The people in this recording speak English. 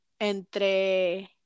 entre